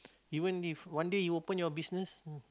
even if one day you open your business